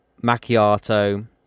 macchiato